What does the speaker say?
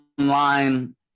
online